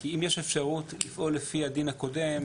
אם יש אפשרות לפעול לפי הדין הקודם,